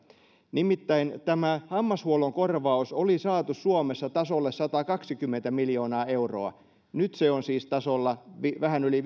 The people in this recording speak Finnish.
nimittäin hammashuollon korvaus oli saatu suomessa tasolle satakaksikymmentä miljoonaa euroa nyt se on siis vähän yli